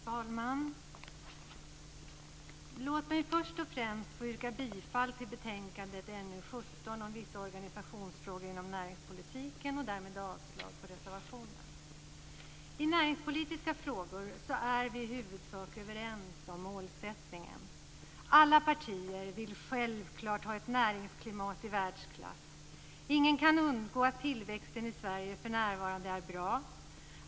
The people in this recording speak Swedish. Fru talman! Låt mig först och främst yrka bifall till hemställan i betänkande NU17 Vissa organisationsfrågor inom näringspolitiken och därmed avslag på reservationerna. I näringspolitiska frågor är vi i huvudsak överens om målet. Alla partier vill självklart ha ett näringsklimat i världsklass. Ingen kan undgå att tillväxten i Sverige för närvarande är bra.